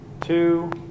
two